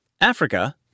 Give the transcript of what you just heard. Africa